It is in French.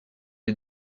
est